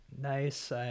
nice